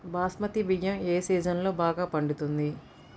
బాస్మతి బియ్యం ఏ సీజన్లో బాగా పండుతుంది?